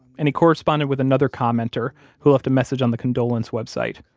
and he corresponded with another commenter who left a message on the condolence website,